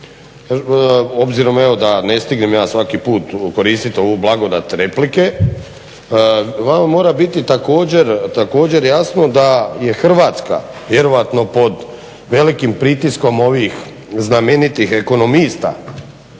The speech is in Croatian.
obzirom evo da ne stignem ja svaki put koristit ovu blagodat replike vama mora biti također jasno da je Hrvatska vjerojatno pod velikim pritiskom ovih znamenitih ekonomista